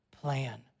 plan